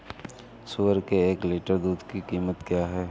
सुअर के एक लीटर दूध की कीमत क्या है?